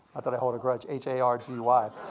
not that i hold a grudge. h a r d y.